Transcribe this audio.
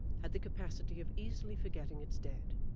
had the capacity of easily forgetting its dead